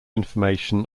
information